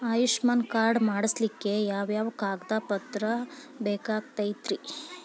Ayushman card ಮಾಡ್ಸ್ಲಿಕ್ಕೆ ಯಾವ ಯಾವ ಕಾಗದ ಪತ್ರ ಬೇಕಾಗತೈತ್ರಿ?